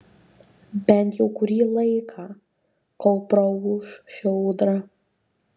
bent jau kurį laiką kol praūš ši audra